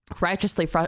righteously